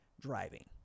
driving